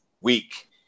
week